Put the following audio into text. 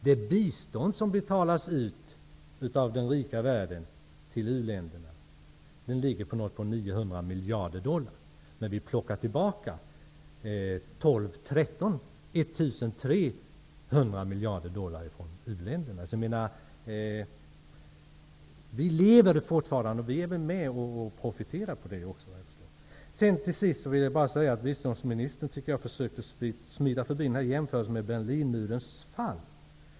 Det bistånd som betalas ut från den rika världen till u-länderna ligger på 900 miljarder dollar. Men vi plockar tillbaka 1 300 miljarder dollar från uländerna. Också Sverige är med och profiterar fortfarande, vad jag förstår. Jag tycker att biståndsministern försöker smita förbi jämförelsen med Berlinmurens fall.